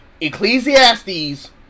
Ecclesiastes